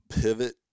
pivot